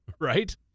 right